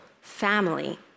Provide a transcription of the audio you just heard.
family